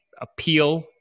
appeal